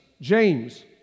James